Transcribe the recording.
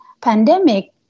pandemic